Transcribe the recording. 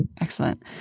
excellent